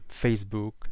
Facebook